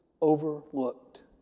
overlooked